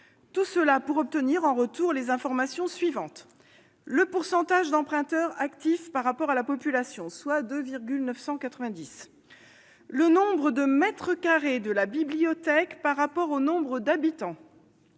Tout cela pour obtenir en retour les informations suivantes : le pourcentage d'emprunteurs actifs par rapport à la population, soit 2,990, le nombre de mètres carrés de la bibliothèque par rapport au nombre d'habitants